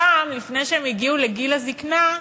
פעם, לפני שהם הגיעו לגיל הזיקנה,